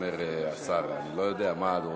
אומר השר, אני לא יודע מה ההודעה.